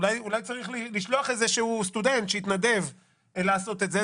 אולי צריך לשלוח איזה שהוא סטודנט שיתנדב לעשות את זה.